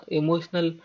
emotional